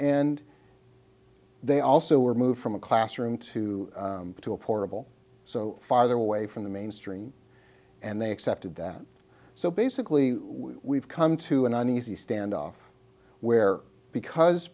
and they also were moved from a classroom to to a portable so farther away from the mainstream and they accepted that so basically we've come to an uneasy standoff where because